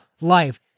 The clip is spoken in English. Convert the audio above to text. life